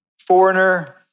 foreigner